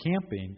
camping